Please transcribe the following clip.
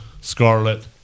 Scarlet